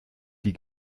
die